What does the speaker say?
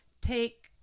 take